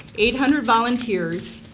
eight hundred volunteers,